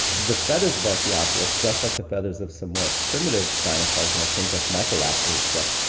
the feathers of archaeopteryx, just like the feathers of some more primitive dinosaurs, you know things like microraptor and stuff,